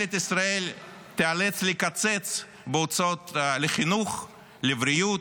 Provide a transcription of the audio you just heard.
ממשלת ישראל תיאלץ לקצץ בהוצאות לחינוך, לבריאות,